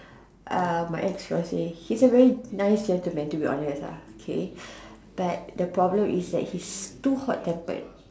uh my ex force say he is a very nice gentleman to be honest lah K but the problem is that he's too hot tempered